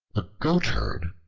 a goatherd,